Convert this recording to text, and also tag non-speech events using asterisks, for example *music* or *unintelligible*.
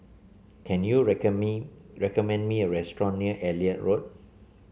can you *unintelligible* me recommend me a restaurant near Elliot Road